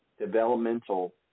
developmental